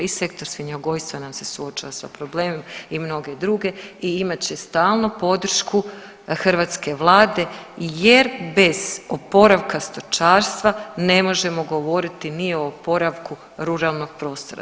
I sektor svinjogojstva nam se suočava sa problemom i mnoge druge i imat će stalno podršku hrvatske vlade jer bez oporavka stočarstva ne možemo govoriti ni o oporavku ruralnog prostora.